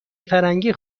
فرنگی